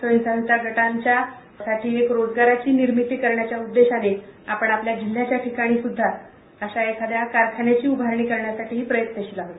स्वयं सहाय्यता गटांच्या साठी रोजगाराची निर्मिती करण्याच्या उद्देशाने आपण आपल्या जिल्ह्याच्या ठिकाणी सुध्दा अशा एखाद्या कारखान्याची उभारणी करण्यासाठीही प्रयत्नशील आहोत